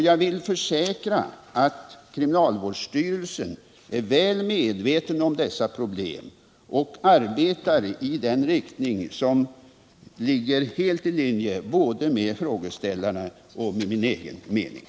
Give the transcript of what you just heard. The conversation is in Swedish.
Jag vill försäkra att kriminalvårdsstyrelsen är väl medveten om dessa problem och arbetar helt i den riktning som motsvarar både frågeställarens och mina egna önskemål.